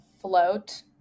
float